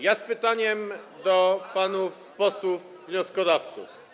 Ja z pytaniem do panów posłów wnioskodawców.